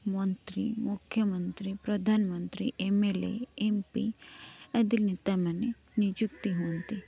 ମନ୍ତ୍ରୀ ମୁଖ୍ୟମନ୍ତ୍ରୀ ପ୍ରଧାନମନ୍ତ୍ରୀ ଏମେଲେ ଏମ ପି ଆଦି ନେତାମାନେ ନିଯୁକ୍ତି ହୁଅନ୍ତି